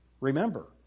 Remember